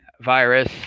virus